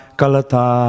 kalata